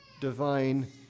divine